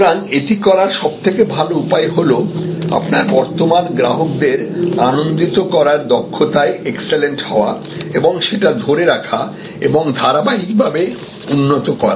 সুতরাং এটি করার সবথেকে ভালো উপায় হল আপনার বর্তমান গ্রাহকদের আনন্দিত করার দক্ষতায় এক্সেলেন্ট হওয়া এবং সেটা ধরে রাখা এবং ধারাবাহিকভাবে উন্নতি করা